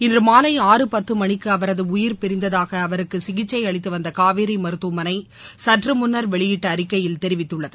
இன்றுமாலை பத்துமணிக்குஅவரதுஉயிர் ஆறு பிரிந்ததாகஅவருக்குசிகிச்சைஅளித்துவந்தகாவேரிமருத்துவமனைசற்றுமுன்னர் வெளியிட்டஅறிக்கையில் தெரிவித்துள்ளது